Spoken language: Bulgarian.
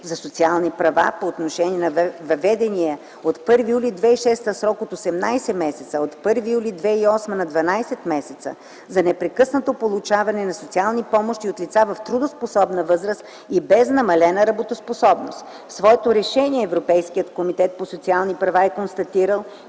за социални права по отношение на въведения от 1 юли 2006 г. срок от 18 месеца, а от 1 юли 2008 г. – 12 месеца, за непрекъснато получаване на социални помощи от лица в трудоспособна възраст и без намалена работоспособност. В своето решение Европейският комитет за социални права е констатирал,